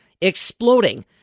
exploding